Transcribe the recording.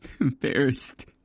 embarrassed